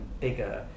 bigger